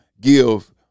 give